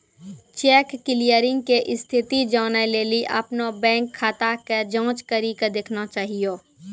cheque clearing के स्थिति जानै लेली अपनो बैंक खाता के जांच करि के देखना चाहियो